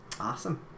Awesome